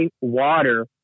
water